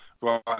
Right